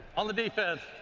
on the defense,